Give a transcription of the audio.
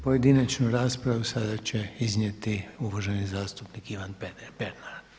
Pojedinačnu raspravu sada će iznijeti uvaženi zastupnik Ivan Pernar.